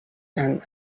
and